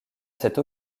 cette